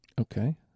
Okay